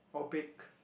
or bake